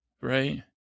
right